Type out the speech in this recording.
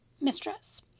mistress